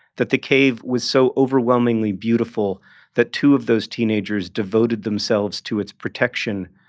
that the cave was so overwhelmingly beautiful that two of those teenagers devoted themselves to its protection,